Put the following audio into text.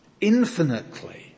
infinitely